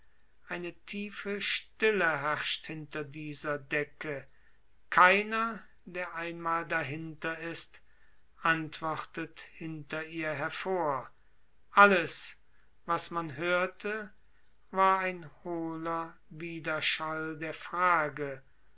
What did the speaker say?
eine tiefe stille herrscht hinter dieser decke keiner der einmal dahinter ist antwortet hinter ihr hervor alles was man hörte war ein hohler widerschall der frage